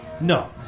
No